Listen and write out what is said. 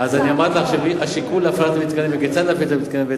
אז אמרתי לך שהשיקול להפעלת המתקנים וכיצד להפעיל את המתקנים,